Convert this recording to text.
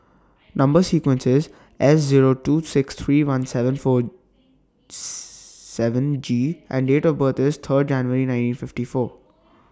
Number sequence IS S Zero two six three one seven four seven G and Date of birth IS Third January nineteen fifty four